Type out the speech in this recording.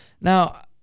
Now